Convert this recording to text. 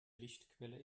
lichtquelle